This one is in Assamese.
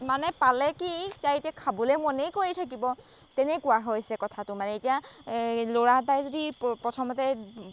মানে পালে কি তাই এতিয়া খাবলৈ মনেই কৰি থাকিব তেনেকুৱা হৈছে কথাটো মানে এতিয়া ল'ৰা এটাই যদি প্ৰথমতে